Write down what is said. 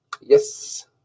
yes